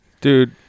Dude